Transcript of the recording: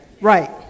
right